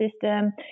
system